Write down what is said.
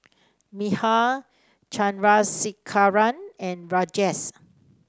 Medha Chandrasekaran and Rajesh